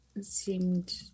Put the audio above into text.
seemed